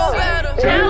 better